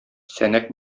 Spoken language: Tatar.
сәнәк